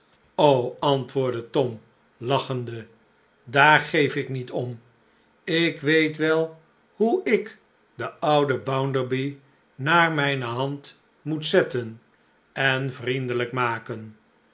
antwoordde tom lachende daar geef ik niet om ik weet wel hoe ik den ouden bounderby naar mijne hand moet zetten en vriendelijk maken